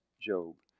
Job